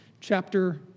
chapter